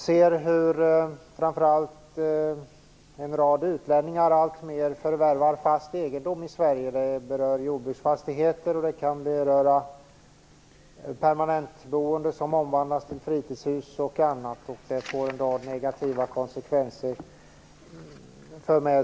Fru talman! Jag vill ställa en fråga till jordbruksministern. Utlänningar förvärvar alltmer fast egendom i Sverige. Det är bl.a. fråga om jordbruksfastigheter och om hus för permanentboende som omvandlas till fritidshus. Detta för med sig en rad negativa konsekvenser.